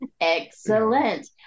excellent